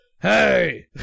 Hey